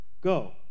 Go